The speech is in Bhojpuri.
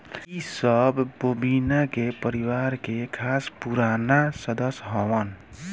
इ सब बोविना के परिवार के खास पुराना सदस्य हवन